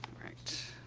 right.